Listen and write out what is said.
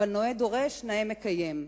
אבל נאה דורש, נאה מקיים.